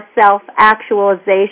self-actualization